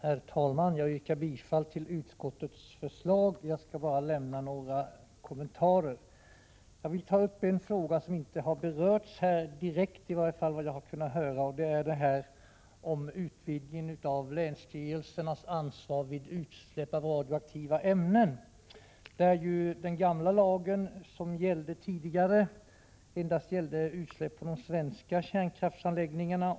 Herr talman! Jag yrkar bifall till utskottets hemställan. Jag skall bara lämna några kommentarer till det. Jag vill ta upp en fråga som inte direkt har berörts här, enligt vad jag har kunnat höra. Det gäller utvidgningen av länsstyrelsernas ansvar vid utsläpp av radioaktiva ämnen. Den gamla lagen gällde endast utsläpp från svenska kärnkraftsanläggningar.